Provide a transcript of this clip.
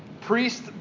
Priest